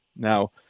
Now